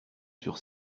sur